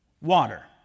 water